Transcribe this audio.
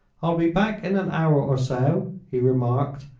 i'll be back in an hour or so, he remarked,